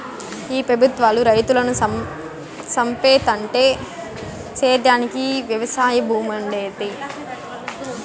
ఈ పెబుత్వాలు రైతులను సంపేత్తంటే సేద్యానికి వెవసాయ భూమేడుంటది